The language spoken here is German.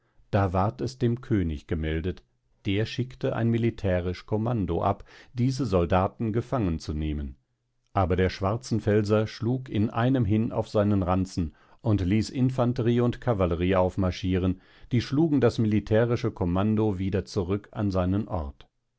da ward es dem könig gemeldet der schickte ein militärisch commando ab diese soldaten gefangen zu nehmen aber der schwarzenfelser schlug in einem hin auf seinen ranzen und ließ infanterie und cavallerie aufmarschirten die schlugen das militärische commando wieder zurück an seinen ort